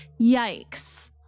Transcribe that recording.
Yikes